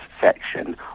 section